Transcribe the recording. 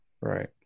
Right